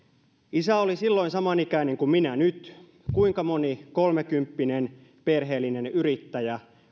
isä oli silloin samanikäinen kuin minä nyt kuinka moni kolmekymppinen perheellinen yrittäjä